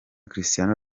cristiano